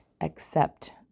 accept